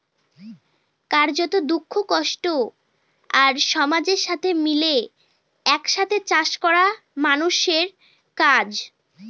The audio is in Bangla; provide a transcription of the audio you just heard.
কার্যত, দুঃখ, কষ্ট আর সমাজের সাথে মিলে এক সাথে চাষ করা মানুষের কাজ